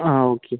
ആ ഓക്കെ